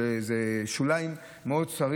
אלה שוליים צרים מאוד.